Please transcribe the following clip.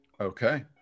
Okay